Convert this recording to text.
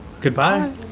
Goodbye